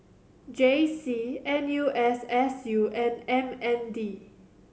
J C N U S S U and M N D